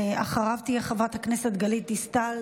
ואחריו תעלה חברת הכנסת גלית דיסטל